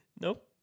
Nope